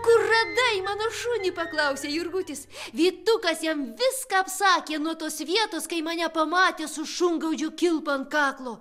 kur radai mano šunį klausia jurgutis vytukas jam viską apsakė nuo tos vietos kai mane pamatę su šungaudžių kilpa ant kaklo